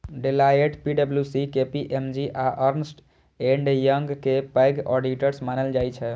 Deloitte, पी.डब्ल्यू.सी, KPMG आ Ernst and Young कें पैघ ऑडिटर्स मानल जाइ छै